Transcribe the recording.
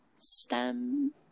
Stem